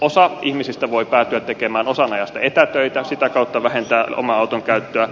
osa ihmisistä voi päätyä tekemään osan ajasta etätöitä sitä kautta vähentää oman auton käyttöä